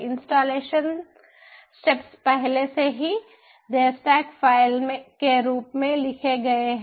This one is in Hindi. इंस्टॉलेशन स्टेप्स पहले से ही देवस्टैक फाइल के रूप में लिखे गए हैं